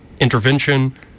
intervention